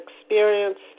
experience